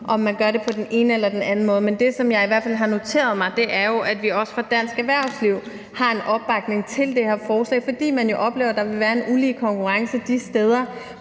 om man gør det på den ene eller den anden måde. Men det, som jeg i hvert fald har noteret mig, er, at vi også fra dansk erhvervslivs side har en opbakning til det her forslag, fordi man jo oplever, at der vil være en ulige konkurrence de steder,